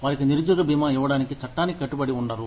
వారికి నిరుద్యోగ బీమా ఇవ్వడానికి చట్టానికి కట్టుబడి ఉండరు